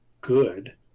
good